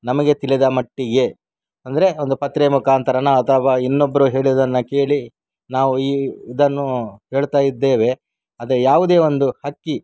ನಮಗೆ ತಿಳಿದ ಮಟ್ಟಿಗೆ ಅಂದರೆ ಒಂದು ಪತ್ರ ಮುಖಾಂತರನೋ ಅಥವಾ ಇನ್ನೊಬ್ಬರು ಹೇಳಿದ್ದನ್ನು ಕೇಳಿ ನಾವು ಈ ಇದನ್ನು ಹೇಳ್ತಾ ಇದ್ದೇವೆ ಅದೇ ಯಾವುದೇ ಒಂದು ಹಕ್ಕಿ